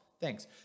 Thanks